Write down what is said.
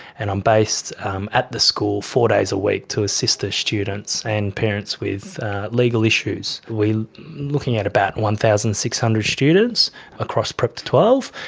and i'm based at the school four days a week to assist the students and parents with legal issues, looking at about one thousand six hundred students across prep to twelve.